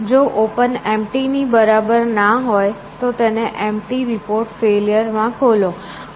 જો open empty ની બરાબર ના હોય તો તેને એમ્પટી રિપોર્ટ ફેલ્યર માં ખોલો